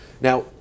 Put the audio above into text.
Now